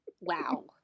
Wow